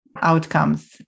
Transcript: outcomes